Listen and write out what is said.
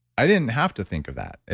i didn't have to think of that.